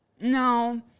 no